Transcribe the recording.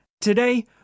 Today